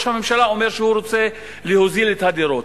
הממשלה אומר שהוא רוצה להוזיל את הדירות.